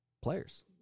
Players